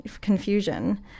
confusion